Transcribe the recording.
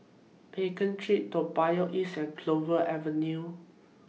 Pekin Street Toa Payoh East Clover Avenue